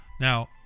Now